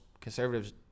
conservatives